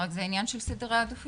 רק זה עניין של סדרי עדיפויות.